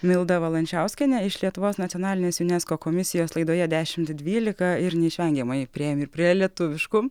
milda valančiauskienė iš lietuvos nacionalinės junesko komisijos laidoje dešimt dvylika ir neišvengiamai priėjom ir prie lietuviškų